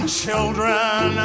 children